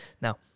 Now